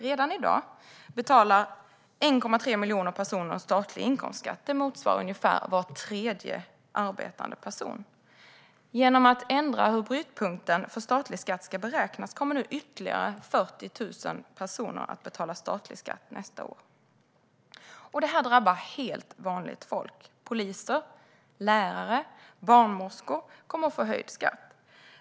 Redan i dag betalar 1,3 miljoner personer statlig inkomstskatt. Det motsvarar ungefär var tredje arbetande person. Genom att regeringen ändrar beräkningssättet för brytpunkten för statlig skatt kommer nu ytterligare 40 000 personer att betala statlig skatt nästa år. Och det drabbar helt vanligt folk: Poliser, lärare och barnmorskor kommer att få höjd skatt.